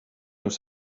nous